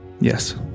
Yes